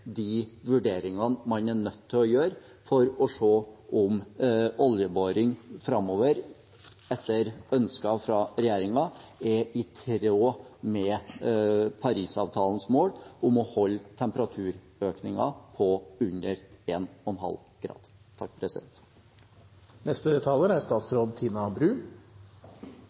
de vurderingene man er nødt til å gjøre for å se om oljeboring framover, etter ønske fra regjeringen, er i tråd med Parisavtalens mål om å holde temperaturøkningen på under 1,5 grader. Klimautfordringen er vår tids største utfordring. Oppgaven vi står overfor, er